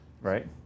Right